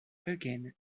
again